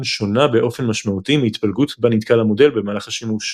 שונה באופן משמעותי מההתפלגות בה נתקל המודל במהלך השימוש.